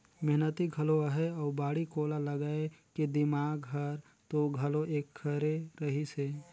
मेहनती घलो अहे अउ बाड़ी कोला लगाए के दिमाक हर तो घलो ऐखरे रहिस हे